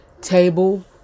table